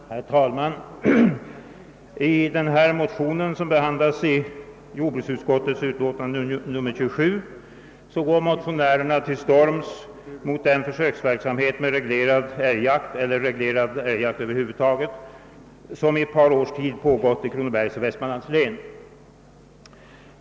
Herr talman! I denna motion som behandlas i jordbruksutskottets utlåtande nr 27 går motionärerna till storms mot den försöksverksamhet med reglerad älgjakt som i ett par års tid pågått i Kronobergs och Västmanlands län.